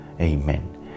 Amen